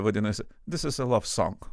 vadinasi this is the love song